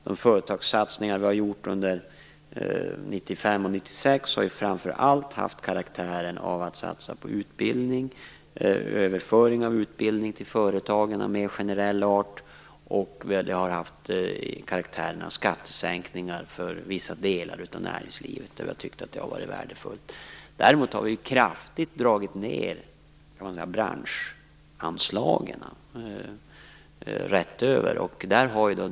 De företagssatsningar som har gjorts under 1995 och 1996 har framför allt haft karaktären av utbildningssatsningar och överföring av mer generell art av utbildning till företagen, samt karaktären av skattesänkningar för vissa delar av näringslivet där regeringen tyckt att det har varit värdefullt. Däremot har branschanslagen kraftigt dragits ned rätt över.